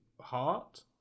heart